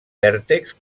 vèrtex